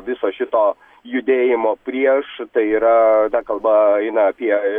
viso šito judėjimo prieš tai yra kalba eina apie